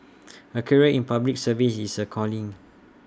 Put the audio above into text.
A career in the Public Service is A calling